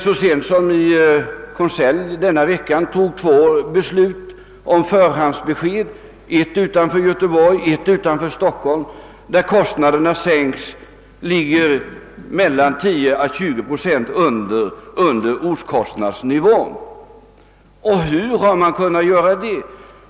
Så sent som i denna veckas konselj fattade vi beslut om förhandsbesked i två fall — ett utanför Göteborg, ett utanför Stockholm — där kostnaderna ligger mellan 10 och 20 procent under ortsnivån. Hur har man kunnat åstadkomma det?